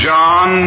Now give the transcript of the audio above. John